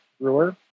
brewer